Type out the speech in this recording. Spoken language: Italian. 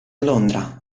londra